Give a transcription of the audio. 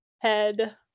head